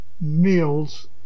meals